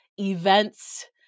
events